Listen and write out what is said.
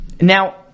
Now